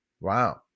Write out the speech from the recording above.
Wow